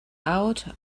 out